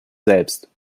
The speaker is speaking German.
selbst